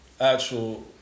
actual